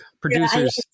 producers